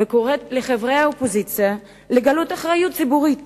וקוראת לחברי האופוזיציה לגלות אחריות ציבורית